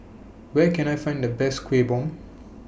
Where Can I Find The Best Kueh Bom